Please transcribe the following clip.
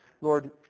Lord